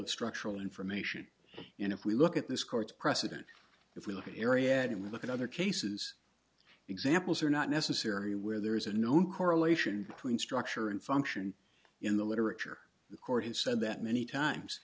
of structural information and if we look at this court's precedent if we look at the area and look at other cases examples are not necessary where there is a known correlation between structure and function in the literature the court has said that many times